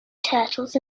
turtles